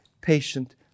patient